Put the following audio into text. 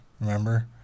Remember